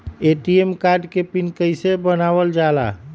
ATM card के PIN कैसे बनावल जाला?